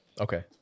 Okay